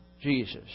Jesus